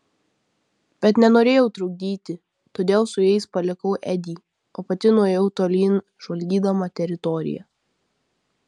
bet nenorėjau trukdyti todėl su jais palikau edį o pati nuėjau tolyn žvalgydama teritoriją